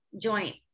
joint